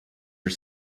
are